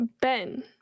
Ben